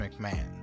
McMahon